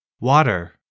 Water